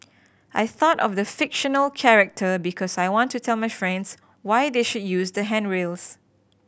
I thought of the fictional character because I want to tell my friends why they should use the handrails